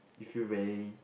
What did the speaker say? you feel very